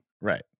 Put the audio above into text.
Right